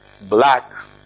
black